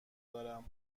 دارم